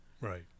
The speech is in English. right